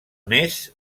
més